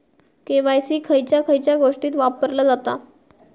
KYC खयच्या खयच्या गोष्टीत वापरला जाता?